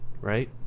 right